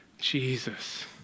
Jesus